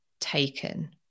taken